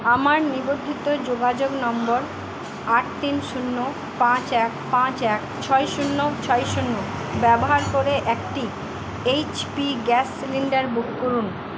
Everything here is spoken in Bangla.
আমার নিবন্ধিত যোগাযোগ নম্বর আট তিন শূন্য পাঁচ এক পাঁচ এক ছয় শূন্য ছয় শূন্য ব্যবহার করে একটি এইচপি গ্যাস সিলিন্ডার বুক করুন